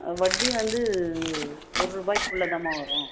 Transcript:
வட்டி வந்து ஒரு ரூபாய்குள்ளேதாம்மா வரும்